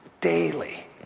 Daily